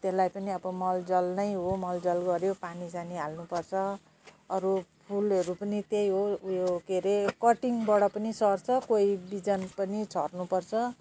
अन्त त्यसलाई पनि अब मल जल नै हो मल जल गर्यो पानी सानी हाल्नु पर्छ अरू फुलहरू पनि त्यही हो उयो के अरे कटिङबाट पनि सर्छ कोही बिजन पनि छर्नु पर्छ